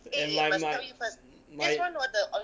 eh my my my